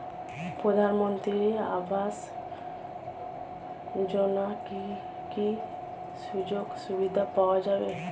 প্রধানমন্ত্রী আবাস যোজনা কি কি সুযোগ সুবিধা পাওয়া যাবে?